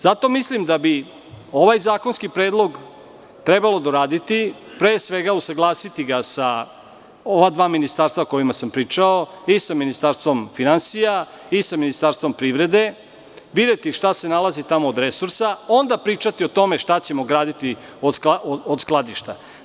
Zato mislim da bi ovaj zakonski predlog trebalo doraditi, pre svega usaglasiti ga sa ova dva ministarstva o kojima sam pričao, i sa Ministarstvom finansija i sa Ministarstvom privrede, videti šta se nalazi tamo od resursa i onda pričati o tome šta ćemo graditi od skladišta.